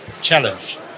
challenge